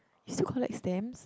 still collect stamps